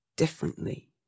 Differently